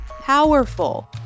powerful